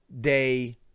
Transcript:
day